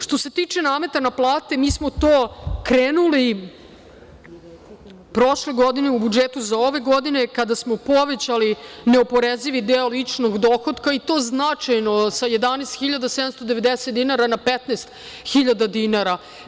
Što se tiče nameta na plata, mi smo krenuli prošle godine u budžetu za ovu godinu kada smo povećali neoporezivi deo ličnog dohotka i to značajno, sa 11.790 dinara na 15.000 dinara.